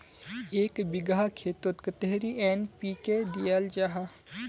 एक बिगहा खेतोत कतेरी एन.पी.के दियाल जहा?